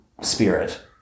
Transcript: spirit